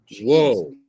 Whoa